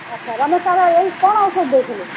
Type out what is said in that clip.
ଆଚ୍ଛା ରମେଶ ସାର୍ ଏଇ କ'ଣ ଔଷଧ ଦେଇଥିଲେ